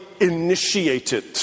initiated